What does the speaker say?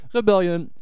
Rebellion